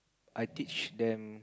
I teach them